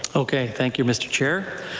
ok, thank you, mr. chair.